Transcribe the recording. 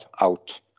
out